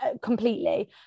completely